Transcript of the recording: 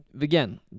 Again